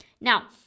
Now